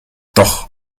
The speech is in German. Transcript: doch